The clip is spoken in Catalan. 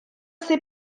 ser